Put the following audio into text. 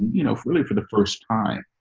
you know, really for the first time.